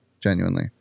genuinely